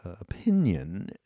opinion